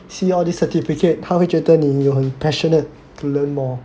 see all this certificate 他会觉得你就很 passionate to learn more